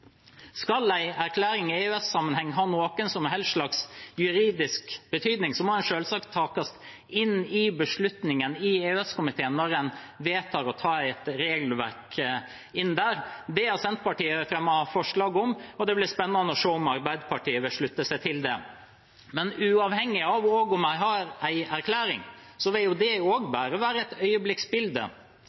Skal en erklæring i EØS-sammenheng ha noen som helst slags juridisk betydning, må den selvsagt tas inn i beslutningen i EØS-komiteen når en vedtar å ta et regelverk inn der. Det har Senterpartiet fremmet forslag om, og det blir spennende å se om Arbeiderpartiet vil slutte seg til det. Men uavhengig av om en har en erklæring, vil det også bare være et øyeblikksbilde.